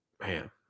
man